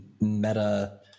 meta